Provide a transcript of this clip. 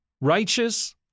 Righteous